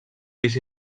pis